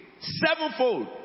Sevenfold